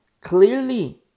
clearly